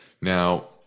Now